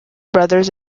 brothers